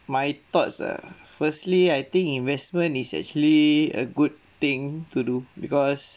my thoughts uh firstly I think investment is actually a good thing to do because